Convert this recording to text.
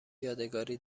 یادگاری